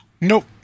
Nope